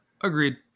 Agreed